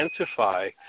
identify